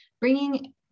bringing